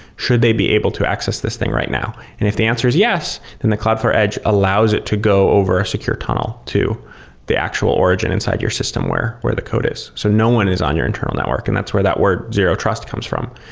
should they be able to access this thing right now? and if the answer is yes, then the cloudflare edge allows it to go over a secure tunnel to the actual origin inside your system where where the code is. so no one is on your internal network, and that's where that word zero-trust comes from.